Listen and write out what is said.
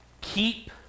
keep